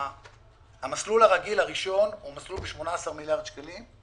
המסלול הרגיל הראשון הוא מסלול ב-18 מיליארד שקלים,